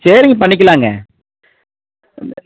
சரிங்க பண்ணிக்கலாம்ங்க